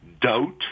doubt